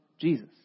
Jesus